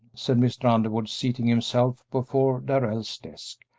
said mr. underwood, seating himself before darrell's desk,